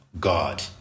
God